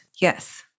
Yes